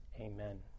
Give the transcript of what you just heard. Amen